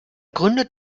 gründet